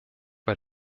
bei